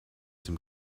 dem